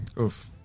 oof